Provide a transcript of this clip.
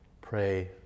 Pray